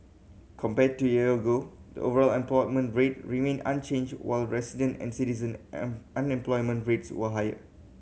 compared to a year ago the overall unemployment rate remained unchanged while resident and citizen am unemployment rates were higher